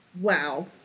wow